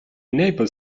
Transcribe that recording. neighbour